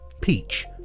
Peach